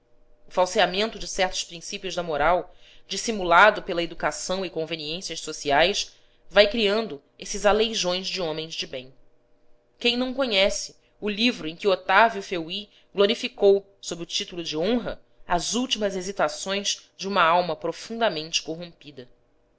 falseamento de certos princí pios da moral dissimulado pela educação e conveniências so ciais vai criando esses aleijões de homens de bem quem não conhece o livro em que otávio feuillet glorificou sob o título de honra as últimas hesitações de uma alma profundamente corrompida